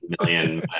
million